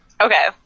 Okay